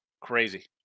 Crazy